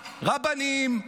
רבנים.